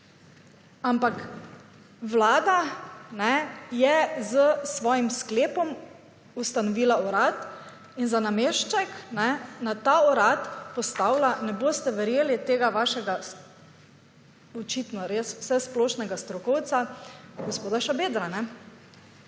Vlada je s svojim sklepom ustanovila urad in za nameček na ta urad postavila – ne boste verjeli – tega vašega očitno res vsesplošnega strokovca, gospoda Šabedra.